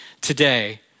Today